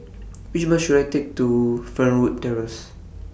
Which Bus should I Take to Fernwood Terrace